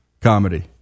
comedy